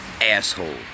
asshole